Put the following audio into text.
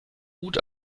gut